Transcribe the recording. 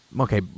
Okay